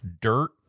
dirt